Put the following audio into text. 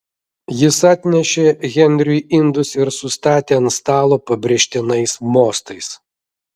jis atnešė henriui indus ir sustatė ant stalo pabrėžtinais mostais